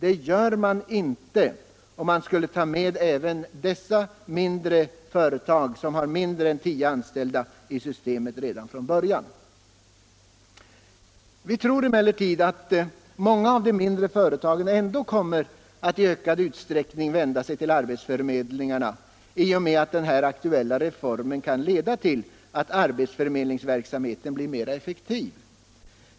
Det gör man inte om man redan från början tar med även dessa företag med mindre än tio anställda i systemet. Vi tror emellertid att många av de mindre företagen ändå i ökad utsträckning kommer att vända sig till förmedlingarna i och med att den nu aktuella reformen kan leda till att förmedlingsverksamheten blir mer effektiv.